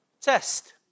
test